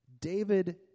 David